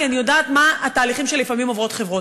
כי אני יודעת מהם התהליכים שלפעמים עוברות חברות.